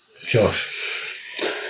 Josh